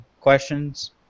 questions